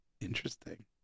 Interesting